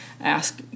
ask